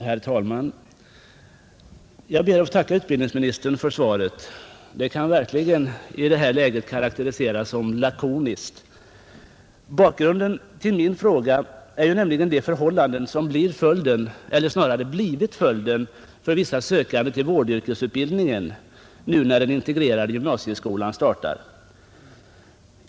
Herr talman! Jag ber att få tacka utbildningsministern för svaret. Det kan i det här läget verkligen karakteriseras som lakoniskt. Bakgrunden till min fråga är nämligen de förhållanden som blir följden, eller snarare redan blivit följden, för vissa sökande till vårdyrkesutbildning, nu när den integrerade gymnasieskolan startar.